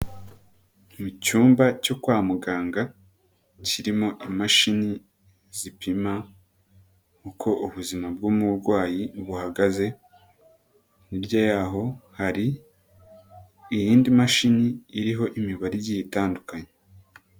Mu cyumba cyo kwa muganga, kirimo imashini zipima uko ubuzima bw'umurwayi buhagaze, hirya yaho hari iyindi mashini iriho imibare igiye itandukanye.